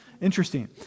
interesting